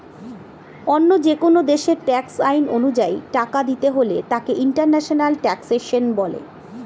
অন্য যেকোন দেশের ট্যাক্স আইন অনুযায়ী টাকা দিতে হলে তাকে ইন্টারন্যাশনাল ট্যাক্সেশন বলে